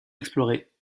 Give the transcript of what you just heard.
explorer